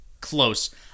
close